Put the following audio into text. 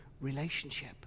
relationship